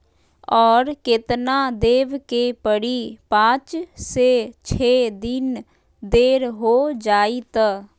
और केतना देब के परी पाँच से छे दिन देर हो जाई त?